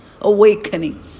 awakening